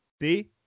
See